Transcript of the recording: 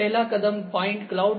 पहला कदम point cloud है